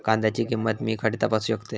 कांद्याची किंमत मी खडे तपासू शकतय?